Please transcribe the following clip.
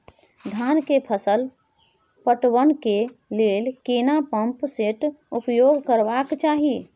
धान के फसल पटवन के लेल केना पंप सेट उपयोग करबाक चाही?